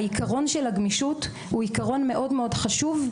העיקרון של הגמישות הוא עיקרון מאוד מאוד חשוב,